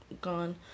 gone